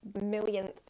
millionth